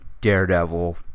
Daredevil